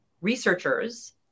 researchers